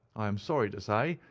i am sorry to say,